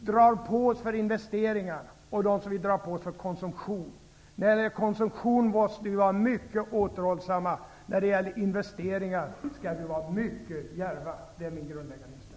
drar på oss genom investeringar och de utgifter som vi drar på oss genom konsumtion. När det gäller konsumtion måste vi vara mycket återhållsamma. När det gäller investeringar skall vi vara mycket djärva. Det är min grundinställning.